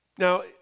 Now